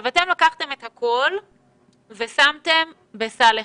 אתם לקחת את הכול ושמתם בסל אחד.